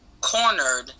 cornered